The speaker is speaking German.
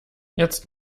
jetzt